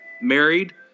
married